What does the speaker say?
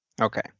okay